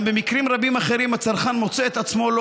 גם במקרים רבים אחרים הצרכן מוצא את עצמו לא